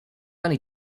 only